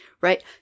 right